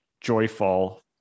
joyful